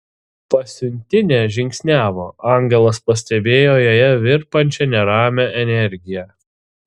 pasiuntinė žingsniavo angelas pastebėjo joje virpančią neramią energiją